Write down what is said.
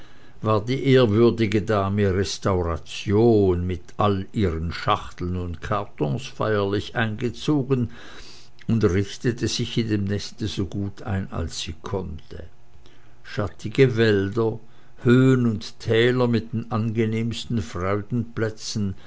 war die ehrwürdige dame restauration mit allen ihren schachteln und kartons feierlich eingezogen und richtete sich in dem neste so gut ein als sie konnte schattige wälder höhen und täler mit den angenehmsten